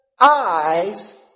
eyes